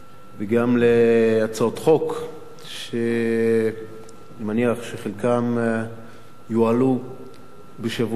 וגם להצעות חוק שאני מניח שחלקן יועלו בשבוע הבא.